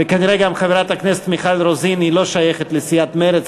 כנראה גם חברת הכנסת מיכל רוזין לא שייכת לסיעת מרצ,